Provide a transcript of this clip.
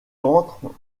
entre